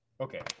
okay